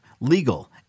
legal